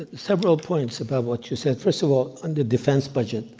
ah several points about what you said. first of all, on the defense budget,